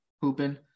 hooping